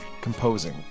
composing